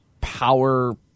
power